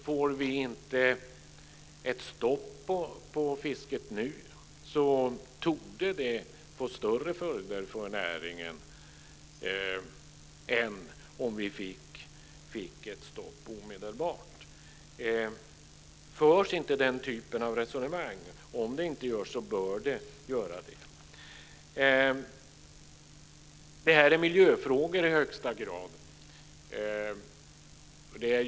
Om vi inte får stopp på fisket nu torde det få större följder för näringen än ett omedelbart nationellt fiskestopp. För man inte den typen av resonemang? Det borde man göra. Det här är i högsta grad miljöfrågor.